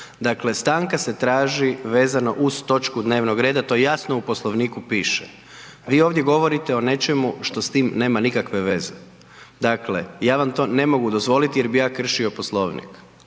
Dakle, stanka se traži vezano uz točku dnevnog reda to jasno u Poslovniku piše, a vi ovdje govorite o nečemu što s tim nema nikakve veze. Dakle, ja vam to ne mogu dozvoliti jer bi ja kršio Poslovnik